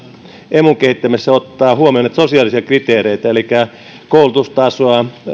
emun kehittämisessä ottaa huomioon sosiaalisia kriteereitä elikkä koulutustasoa